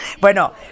Bueno